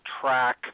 track